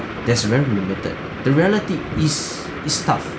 that's very limited the reality is it's tough